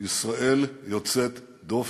ישראל יוצאת דופן,